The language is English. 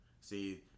See